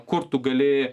kur tu gali